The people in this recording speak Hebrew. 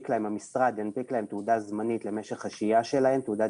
המשרד ינפיק להם תעודה דיגיטלית זמנית דרך השהייה שלהם.